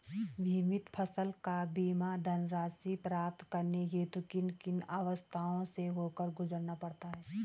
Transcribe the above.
बीमित फसल का बीमा धनराशि प्राप्त करने हेतु किन किन अवस्थाओं से होकर गुजरना पड़ता है?